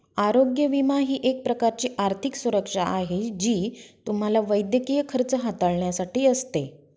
आरोग्य विमा ही एक प्रकारची आर्थिक सुरक्षा आहे जी तुम्हाला वैद्यकीय खर्च हाताळण्यासाठी असते